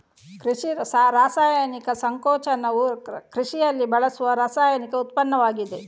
ಕೃಷಿ ರಾಸಾಯನಿಕ ಸಂಕೋಚನವು ಕೃಷಿಯಲ್ಲಿ ಬಳಸುವ ರಾಸಾಯನಿಕ ಉತ್ಪನ್ನವಾಗಿದೆ